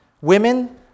Women